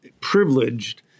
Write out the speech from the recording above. privileged